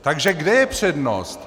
Takže kde je přednost?